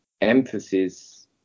emphasis